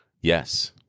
Yes